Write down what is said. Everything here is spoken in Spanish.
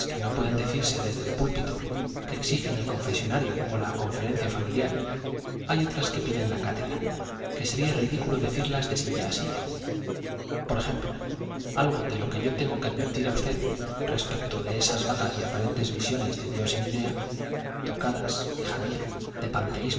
no pueden decirse desde el púlpito que exigen el confesonario o la conferencia familiar hay otras que piden la cátedra que sería ridículo decirlas de silla a silla por ejemplo algo de lo que yo tengo que advertir a usted respecto de esas vagas y aparentes visiones de dios en idea tocadas hija mía